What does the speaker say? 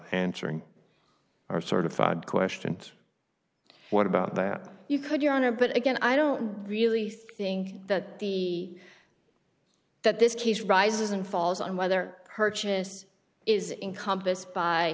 answering our certified questions what about that you could your honor but again i don't really think that the that this case rises and falls on whether purchase is in compas by